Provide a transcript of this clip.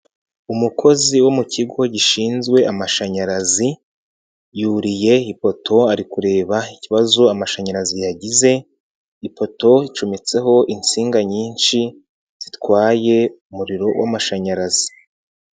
Umukozi wo mu kigo gishinzwe amashanyarazi yuriye ipoto ari kureba ikibazo amashanyarazi yagize, ipoto icometseho insinga nyinshi zitwaye umuriro w'amashanyarazi.